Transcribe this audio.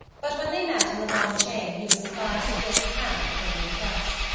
but when they met in the long chain he was surprised to feel his hand firmly pressed.